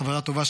חברה טובה,